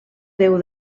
déu